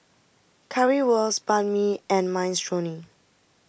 Currywurst Banh Mi and Minestrone